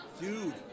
Dude